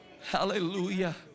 hallelujah